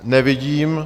Nevidím.